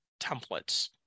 templates